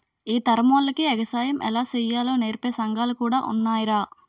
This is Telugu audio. ఈ తరమోల్లకి ఎగసాయం ఎలా సెయ్యాలో నేర్పే సంగాలు కూడా ఉన్నాయ్రా